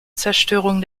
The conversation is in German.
zerstörung